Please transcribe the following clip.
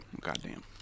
Goddamn